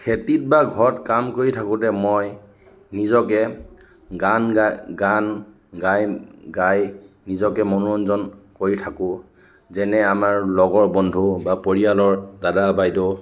খেতিত বা ঘৰত কাম কৰি থাকোঁতে মই নিজকে গান গাই গান গাই গাই নিজকে মনোৰঞ্জন কৰি থাকোঁ যেনে আমাৰ লগৰ বন্ধু বা পৰিয়ালৰ দাদা বাইদেউ